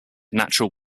natural